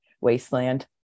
wasteland